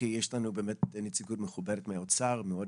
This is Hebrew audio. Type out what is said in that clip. כי יש לנו באמת נציגות מכובדת מהאוצר ואנחנו